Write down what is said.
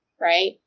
Right